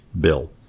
bill